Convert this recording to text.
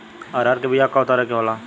अरहर के बिया कौ तरह के होला?